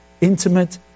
intimate